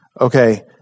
Okay